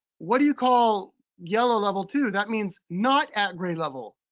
what do you call yellow, level two? that means not at grade level.